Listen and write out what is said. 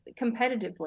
competitively